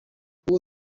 uwo